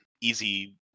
easy